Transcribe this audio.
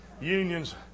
unions